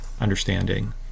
understanding